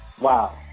Wow